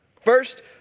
First